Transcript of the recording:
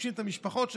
פוגשים את המשפחות שלנו,